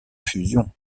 fusion